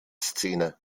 szene